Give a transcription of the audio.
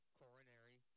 coronary